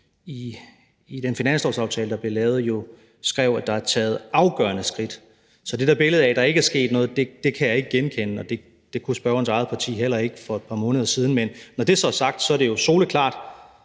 i den finanslovsaftale, der blev lavet, jo skrev, at der er taget afgørende skridt. Så det der billede af, at der ikke er sket noget, kan jeg ikke genkende, og det kunne spørgerens eget parti heller ikke for et par måneder siden. Men når det så er sagt, er det jo soleklart,